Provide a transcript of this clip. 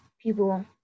people